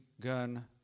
gun